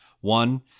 One